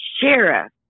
sheriff